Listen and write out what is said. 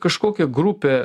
kažkokia grupė